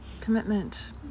Commitment